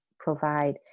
Provide